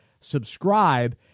subscribe